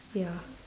ya